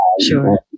sure